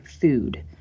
food